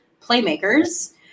playmakers